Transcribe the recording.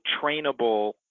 trainable